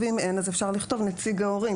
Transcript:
ואם אין, אז אפשר לכתוב: נציג ההורים.